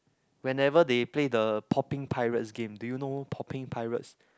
whenever they play the popping pirates game do you know popping pirates